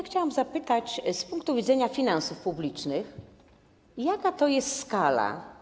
Chciałam zapytać z punktu widzenia finansów publicznych: Jaka to jest skala?